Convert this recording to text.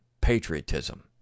Patriotism